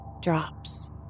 drops